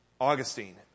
Augustine